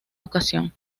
ocasión